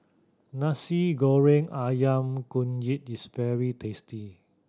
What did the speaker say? Nasi Goreng Ayam Kunyit is very tasty